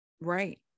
right